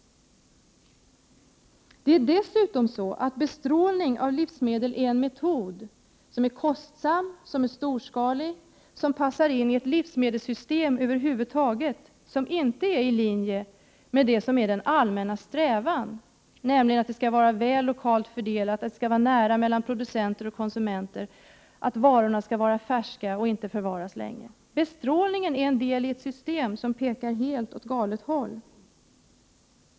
Dessutom är bestrålning av livsmedel en metod som är kostsam, som är storskalig och som passar i ett livsmedelssystem som över huvud taget inte ligger i linje med vår allmänna strävan, nämligen att det skall vara en bra lokal fördelning, att det skall vara nära mellan producenter och konsumenter och att varorna skall vara färska och inte förvaras länge. Bestrålningen är en del i ett system som pekar åt helt galet håll.